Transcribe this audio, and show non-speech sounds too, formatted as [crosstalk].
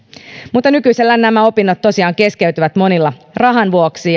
mutta nykyisellään nämä opinnot tosiaan keskeytyvät monilla rahan vuoksi [unintelligible]